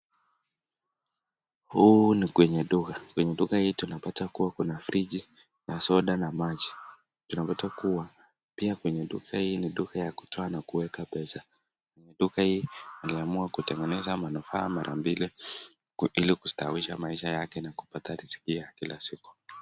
Huu ni kwenye duka. Kwenye duka hii tunapata kuwa kuna friji, masoda na maji inaweza kuwa. Pia kwenye duka hii ni duka ya kutoa na kuweka pesa. Mwenye duka uka hili ameamua kutengeneza manufaa mara mbili ili kustawisha manufaa yake na kupata riziki ya kila siku.